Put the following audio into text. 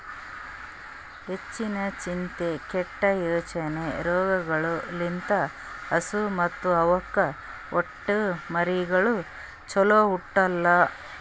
ಹೆಚ್ಚಿನ ಚಿಂತೆ, ಕೆಟ್ಟ ಯೋಚನೆ ರೋಗಗೊಳ್ ಲಿಂತ್ ಹಸು ಮತ್ತ್ ಅವಕ್ಕ ಹುಟ್ಟೊ ಮರಿಗಳು ಚೊಲೋ ಹುಟ್ಟಲ್ಲ